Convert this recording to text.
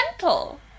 gentle